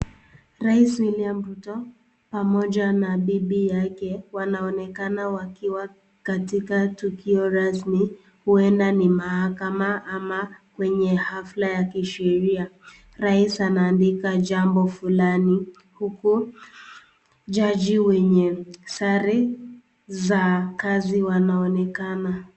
Raisi William Ruto pamoja na bibi yake wanaonekana wakiwa katika tukio rasmi uenda ni mahakama ama kwenye hafla ya kisheria raisi anaandika jambo fulani huku jaji wenye sare za kazi wanaonekana